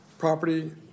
property